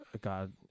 God